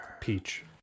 peach